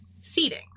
seating